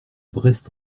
brest